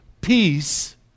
peace